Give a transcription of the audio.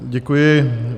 Děkuji.